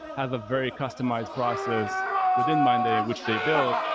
have a very customized process within monday, which they built,